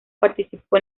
participó